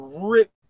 rip